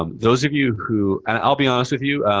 um those of you who and i'll be honest with you.